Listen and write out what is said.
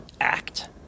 act